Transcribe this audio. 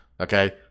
Okay